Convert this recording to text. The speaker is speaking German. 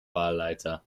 wahlleiter